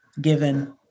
given